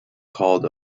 called